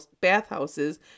bathhouses